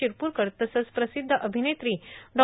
शिरपूरकर तसंच प्रसिद्ध अभिनेत्री डॉ